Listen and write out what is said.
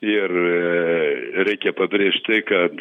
ir reikia pabrėžt tai kad